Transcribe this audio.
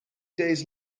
days